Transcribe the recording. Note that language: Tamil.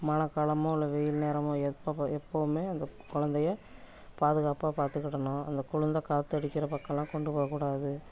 மழை காலம் இல்லை வெயில் நேரம் எப்போப்போ எப்போவும் அந்த குழந்தைய பாதுகாப்பாக பார்த்துக்கிடணும் அந்த குளிர்ந்த காற்று அடிக்கின்ற பக்கம்லாம் கொண்டு போக கூடாது